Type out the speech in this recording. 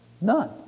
None